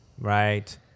Right